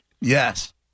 Yes